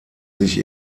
sich